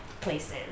places